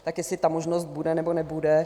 Tak jestli ta možnost bude, nebo nebude.